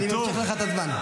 אני ממשיך לך את הזמן.